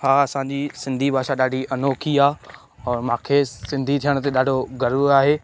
हा असांजी सिंधी भाषा ॾाढी अनोखी आहे और मूंखे सिंधी थियण ते ॾाढो गर्वु आहे